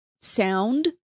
sound